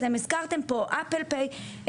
הזכרתם פה Apple pay,